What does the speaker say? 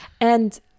and-